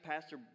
Pastor